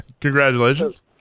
Congratulations